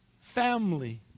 family